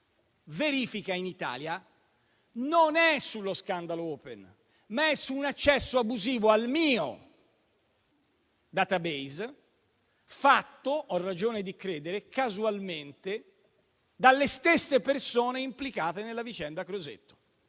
verifica in Italia non è sullo scandalo Open, ma è su un accesso abusivo al mio *database,* fatto - ho ragione di credere - casualmente dalle stesse persone implicate nella vicenda Crosetto.